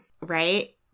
Right